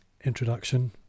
introduction